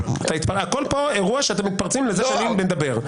הכול פה אירוע שאתם מתפרצים לזה שאני מדבר.